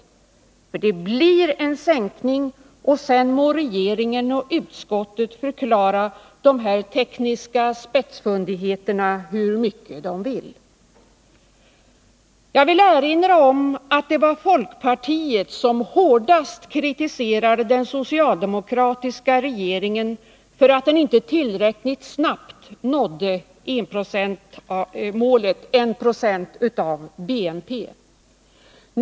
För det blir en sänkning, och sedan må regeringen eller utskottet förklara de tekniska spetsfundigheterna hur mycket de vill. Jag vill erinra om att det var folkpartiet som hårdast kritiserade den socialdemokratiska regeringen för att den inte tillräckligt snabbt nådde målet - 190 av BNP.